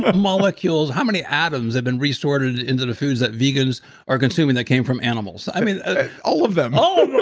ah molecules, how many atoms have been resorted into the foods that vegans are consuming that came from animals? all of them all